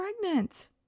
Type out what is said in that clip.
pregnant